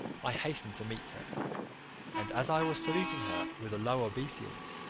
i hastened to meet her and as i was saluting her with a low obeisance,